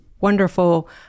wonderful